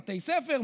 בתי ספר,